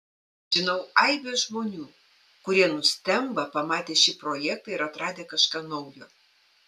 žinau aibę žmonių kurie nustemba pamatę šį projektą ir atradę kažką naujo